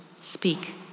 Speak